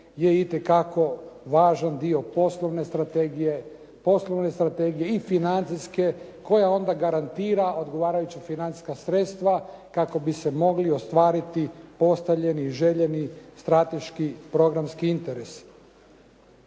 je itekako važan dio poslovne strategije, i financijske koja onda garantira odgovarajuća financijska sredstva kako bi se mogli ostvariti postavljeni, željeni strateški programski interesi.